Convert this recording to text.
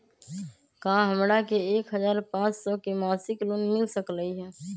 का हमरा के एक हजार पाँच सौ के मासिक लोन मिल सकलई ह?